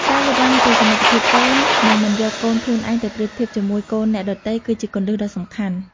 ការយល់ដឹងពីសមត្ថភាពកូន និងមិនយកកូនខ្លួនឯងទៅប្រៀបធៀបជាមួយកូនអ្នកដទៃ គឺជាគន្លឹះដ៏សំខាន់។